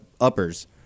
uppers